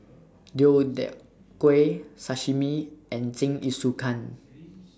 Deodeok Gui Sashimi and Jingisukan